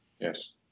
Yes